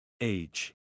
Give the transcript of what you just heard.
Age